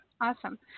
Awesome